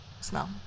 smell